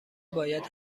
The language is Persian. باید